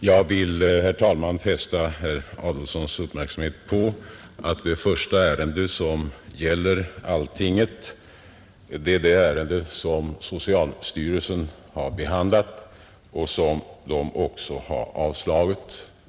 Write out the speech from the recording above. Herr talman! Jag vill fästa herr Adolfssons uppmärksamhet på att det första ärende som gäller Alltinget är den framställning som socialstyrelsen har behandlat och som den också har avslagit.